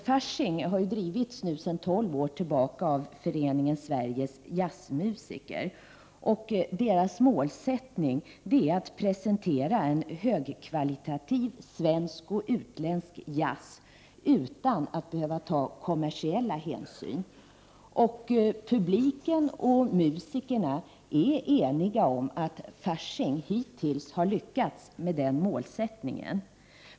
Fasching har drivits sedan 12 år tillbaka av Föreningen Sveriges Jazzmusiker, och dess målsättning är att presentera högkvalitativ svensk och utländsk jazz utan att behöva ta kommersiella hänsyn. Publiken och musikerna är eniga om att Fasching hittills har lyckats med den målsättningen.